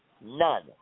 None